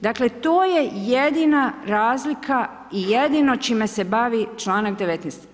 Dakle to je jedina razlika i jedino čime se bavi čl. 19.